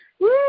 Woo